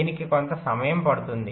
దీనికి కొంత సమయం పడుతుంది